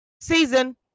Season